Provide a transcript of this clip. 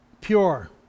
Pure